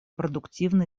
продуктивно